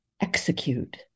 execute